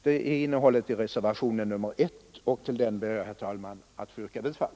Detta är innehållet i reservationen 1 , och till den ber jag, herr talman, att få yrka bifall.